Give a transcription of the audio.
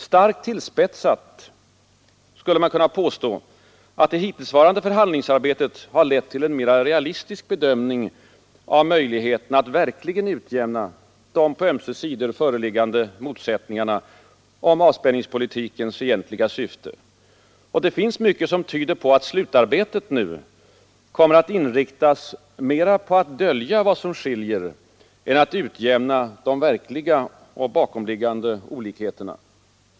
Starkt tillspetsat skulle man kunna påstå, att det hittillsvarande förhandlingsarbetet har lett till en mera realistisk bedömning av möjligheterna att verkligen utjämna de på ömse sidor föreliggande motsättningarna om avspänningspolitikens egentliga syfte. Det finns mycket som tyder på att slutarbetet nu kommer att inriktas mera på att dölja vad som skiljer än att utjämna de verkliga och bakomliggande olikheterna.